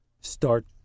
start